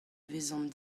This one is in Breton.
vezan